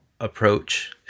approach